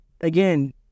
again